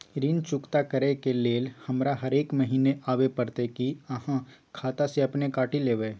ऋण चुकता करै के लेल हमरा हरेक महीने आबै परतै कि आहाँ खाता स अपने काटि लेबै?